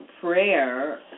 prayer